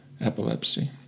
epilepsy